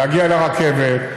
ולהגיע לרכבת,